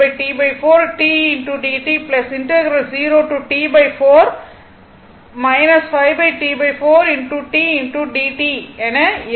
எனவே என இருக்கும்